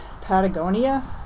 Patagonia